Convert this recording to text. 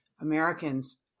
Americans